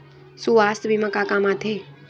सुवास्थ बीमा का काम आ थे?